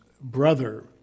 brother